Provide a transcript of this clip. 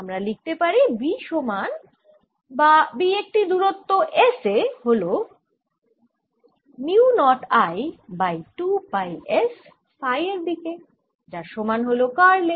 আমরা লিখতে পারি B সমান বা B একটি দূরত্ব s এ হল mu naught I by 2 pi s phi এর দিকে যার সমান হল কার্ল A